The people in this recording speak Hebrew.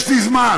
יש לי זמן.